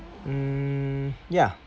mm ya